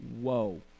whoa